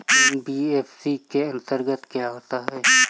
NBFC के अंतर्गत क्या आता है?